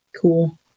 Cool